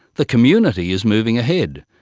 the community is moving ahead,